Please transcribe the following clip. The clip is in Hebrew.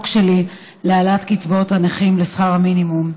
שלי להעלאת קצבאות הנכים לשכר המינימום,